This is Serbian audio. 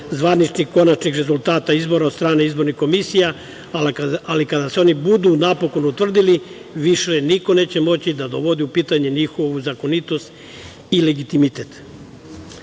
zvaničnih konačnih rezultata izbora od strane izbornih komisija, ali kada se oni budu napokon utvrdili više niko neće moći da dovodi u pitanje njihovu zakonitost i legitimitet. Novi